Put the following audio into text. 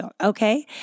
Okay